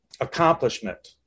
accomplishment